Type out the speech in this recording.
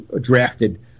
drafted